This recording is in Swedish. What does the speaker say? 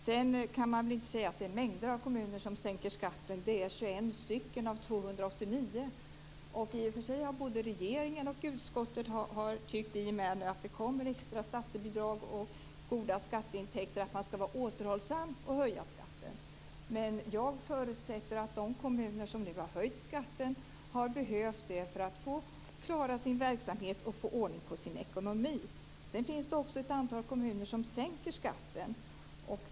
Sedan kan man väl inte säga att det är mängder av kommuner som höjer skatten. Det är 21 stycken av 289. I och för sig har både regeringen och utskottet tyckt, i och med att det kommer extra statsbidrag och goda skatteintäkter, att man ska vara återhållsam med att höja skatten, men jag förutsätter att de kommuner som har höjt skatten har behövt det för att klara sin verksamhet och få ordning på sin ekonomi. Sedan finns det också ett antal kommuner som sänker skatten.